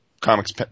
comics